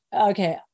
okay